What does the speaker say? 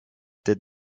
did